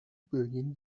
billion